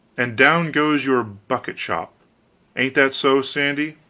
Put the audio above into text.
and down goes your bucket-shop ain't that so, sandy?